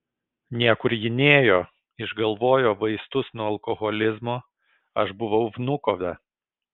niekur ji nėjo išgalvojo vaistus nuo alkoholizmo aš buvau vnukove